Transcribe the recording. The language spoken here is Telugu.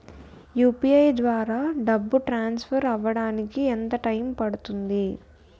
యు.పి.ఐ ద్వారా డబ్బు ట్రాన్సఫర్ అవ్వడానికి ఎంత టైం పడుతుంది?